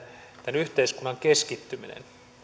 tämän yhteiskunnan keskittyminen